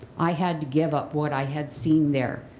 i had to give up what i had seen their